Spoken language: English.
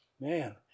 Man